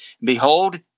Behold